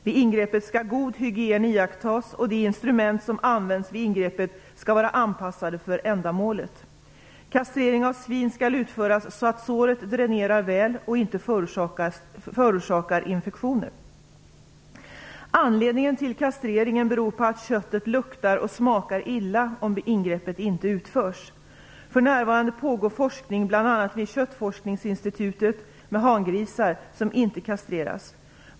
Vid ingreppet skall god hygien iakttas, och de instrument som används vid ingreppet skall vara anpassade för ändamålet. Kastrering av svin skall utföras så att såret dränerar väl och inte förorsakar infektioner. Anledningen till kastreringen är att köttet luktar och smakar illa om ingreppet inte utförs. För närvarande pågår forskning bl.a. vid Köttforskningsinstitutet med hangrisar som inte kastreras.